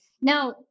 Now